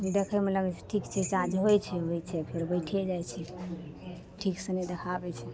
देखैमे लगै छै ठीक छै चार्ज होइ छै होइ छै फेर बैठिए जाइ छै ठीकसे नहि देखाबै छै